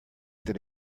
that